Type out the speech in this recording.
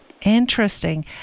Interesting